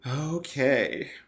okay